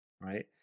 Right